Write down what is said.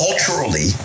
culturally